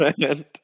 friend